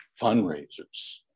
fundraisers